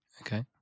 Okay